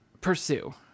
pursue